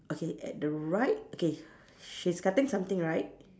okay at the right okay she's cutting something right